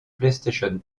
playstation